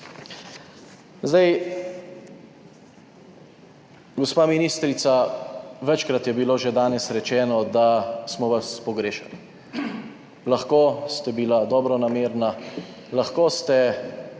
Zdaj, gospa ministrica, večkrat je bilo že danes rečeno, da smo vas pogrešali. Lahko ste bila dobronamerna, lahko ste